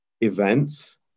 events